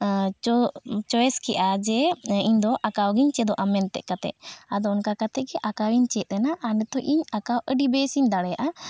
choice ᱠᱮᱫᱼᱟ ᱡᱮ ᱤᱧᱫᱚ ᱟᱸᱠᱟᱣ ᱜᱤᱧ ᱪᱮᱫᱚᱜᱼᱟ ᱢᱮᱱᱛᱮ ᱠᱟᱛᱮᱫ ᱟᱫᱚ ᱚᱱᱠᱟ ᱠᱟᱛᱮᱫ ᱜᱮ ᱟᱸᱠᱟᱣ ᱤᱧ ᱪᱮᱫ ᱮᱱᱟ ᱟᱨ ᱱᱤᱛᱚᱜ ᱤᱧ ᱟᱸᱠᱟᱣ ᱟᱹᱰᱤ ᱵᱮᱥ ᱤᱧ ᱫᱟᱮᱭᱟᱜᱼᱟ